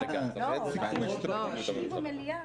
יש רצון של רוב חברי הכנסת,